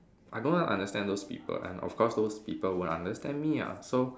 I don't understand those people and of course those people won't understand me ah so